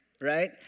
right